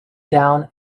down